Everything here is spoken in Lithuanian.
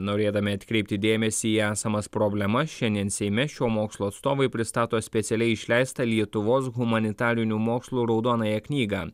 norėdami atkreipti dėmesį į esamas problemas šiandien seime šio mokslo atstovai pristato specialiai išleistą lietuvos humanitarinių mokslų raudonąją knygą